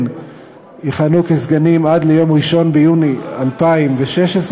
יכהנו כסגנים עד ליום 1 ביוני 2016,